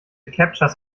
captchas